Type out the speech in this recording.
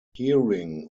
hearing